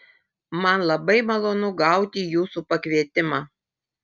man labai malonu gauti jūsų pakvietimą